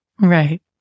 Right